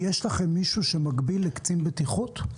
יש לכם מישהו שמקביל לקצין בטיחות?